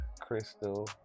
Crystal